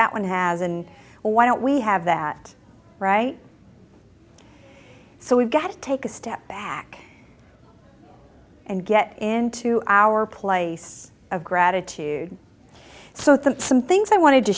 that one has and why don't we have that right so we've got to take a step back and get into our place of gratitude so since some things i wanted to